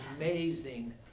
amazing